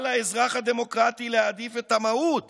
על האזרח הדמוקרטי להעדיף את המהות